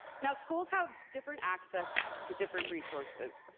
now schools have different access to different resources.